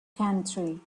country